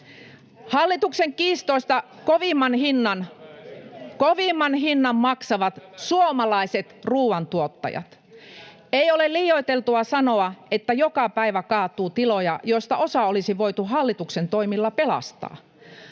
Hallituksen kiistoista kovimman hinnan maksavat suomalaiset ruuantuottajat. Ei ole liioiteltua sanoa, että joka päivä kaatuu tiloja, joista osa olisi voitu hallituksen toimilla pelastaa.